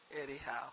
Anyhow